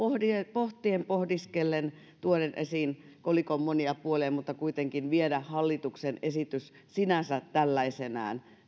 pohdiskellen tuoden esiin kolikon monia puolia mutta kuitenkin viedä hallituksen esitys sinänsä tällaisenaan